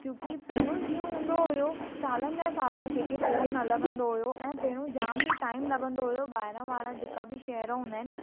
क्यूंकि पहिरियों जीअं हूंदो हुयो सालनि जा साल कंहिंखे फोन न लॻंदो हुयो ऐं पहिरियों जामु ई टाइम लॻंदो हुयो ॿाहिरां वारा जेका बि शहर हूंदा आहिनि